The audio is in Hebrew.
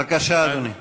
בבקשה, אדוני.